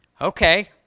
Okay